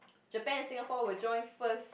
Japan and Singapore will join first